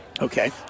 Okay